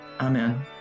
Amen